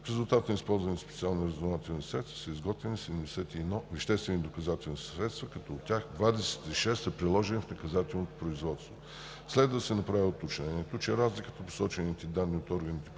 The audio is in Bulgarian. В резултат на използваните специални разузнавателни средства са изготвени 71 веществени доказателствени средства, като от тях 26 са приложени в наказателните производства. Следва да се направи уточнението, че разликата в посочените данни от органите